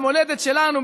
למולדת שלנו,